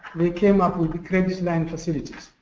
they came up with credit line facilities.